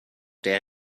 der